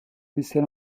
bisher